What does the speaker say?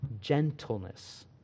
gentleness